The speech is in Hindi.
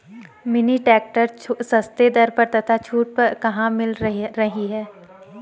मिनी ट्रैक्टर सस्ते दर पर तथा छूट कहाँ मिल रही है?